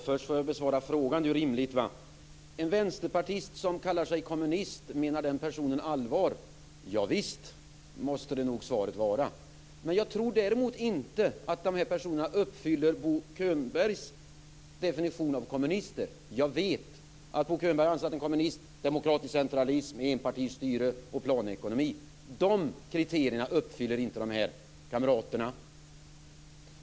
Fru talman! Det är väl rimligt att jag besvarar frågan först. Menar en vänsterpartist som kallar sig kommunist allvar? Ja visst, måste nog svaret vara. Men däremot tror jag inte att dessa personer uppfyller Bo Könbergs definition av kommunister. Jag vet att Bo Könberg anser att en kommunist står för demokratisk centralism, enpartistyre och planekonomi. De kriterierna uppfyller inte de här kamraterna.